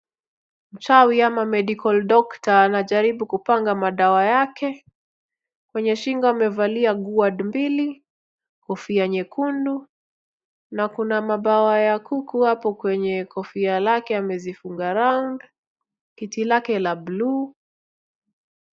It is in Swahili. Mchawi ama medical doctor anajaribu kupanga madawa yake. Kwenye shingo amevalia guard mbili, kofia nyekundu, na kuna mabawa ya kuku hapo kwenye kofia lake amezifunga round kiti lake la bluu,